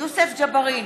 יוסף ג'בארין,